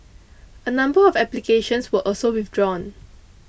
a number of applications were also withdrawn